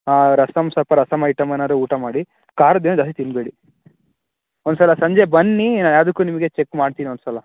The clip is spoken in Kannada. ರಸಮ್ ಸ್ವಲ್ಪ ರಸಮ್ ಐಟಮ್ ಏನಾದ್ರು ಊಟ ಮಾಡಿ ಖಾರದ್ದು ಏನೂ ಜಾಸ್ತಿ ತಿನ್ನಬೇಡಿ ಒಂದ್ಸಲ ಸಂಜೆ ಬನ್ನಿ ಯಾವುದಕ್ಕೂ ನಿಮಗೆ ಚೆಕ್ ಮಾಡ್ತೀನಿ ಒಂದ್ಸಲ